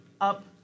up